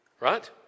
right